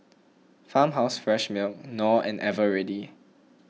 Farmhouse Fresh Milk Knorr and Eveready